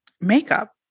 makeup